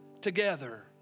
together